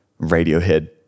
Radiohead